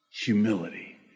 Humility